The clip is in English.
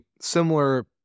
similar